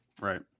Right